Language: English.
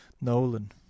Nolan